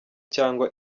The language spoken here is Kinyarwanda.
cyangwa